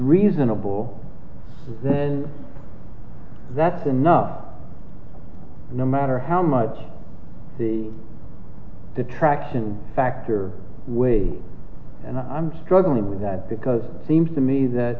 reasonable then that's enough no matter how much the detraction factor way and i'm struggling with that because it seems to me that